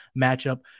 matchup